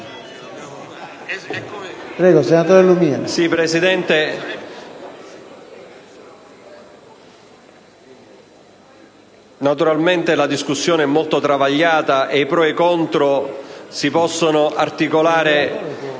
Prego, senatore Lumia,